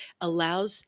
allows